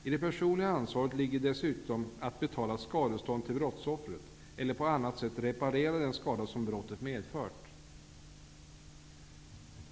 I det personliga ansvaret ligger dessutom att betala skadestånd till brottsoffret eller på annat sätt reparera den skada som brottet medfört.